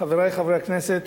חברי חברי הכנסת,